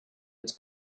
its